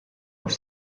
auf